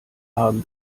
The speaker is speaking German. haben